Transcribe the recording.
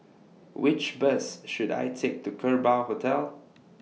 Which Bus should I Take to Kerbau Hotel